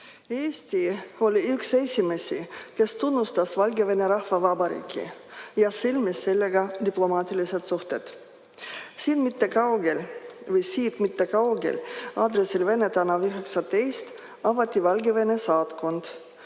Eesti oli üks esimesi, kes tunnustas Valgevene Rahvavabariiki ja sõlmis sellega diplomaatilised suhted. Siit mitte kaugel, aadressil Vene tänav 19, avati Valgevene saatkond,